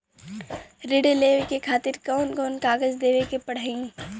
ऋण लेवे के खातिर कौन कोन कागज देवे के पढ़ही?